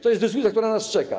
To jest dyskusja, która nas czeka.